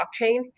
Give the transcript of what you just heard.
blockchain